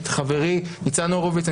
את חברי ניצן הורוביץ.